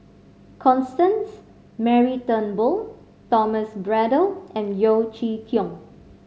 Constance Mary Turnbull Thomas Braddell and Yeo Chee Kiong